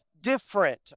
different